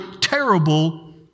terrible